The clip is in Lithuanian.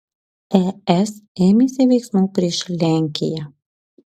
es ėmėsi veiksmų prieš lenkiją